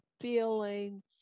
feeling